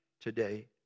today